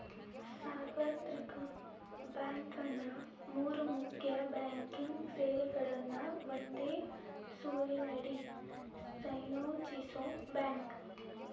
ಸಾರ್ವತ್ರಿಕ ಬ್ಯಾಂಕ್ ಅಂದ್ರ ಮೂರ್ ಮುಖ್ಯ ಬ್ಯಾಂಕಿಂಗ್ ಸೇವೆಗಳನ್ನ ಒಂದೇ ಸೂರಿನಡಿ ಸಂಯೋಜಿಸೋ ಬ್ಯಾಂಕ್